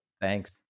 Thanks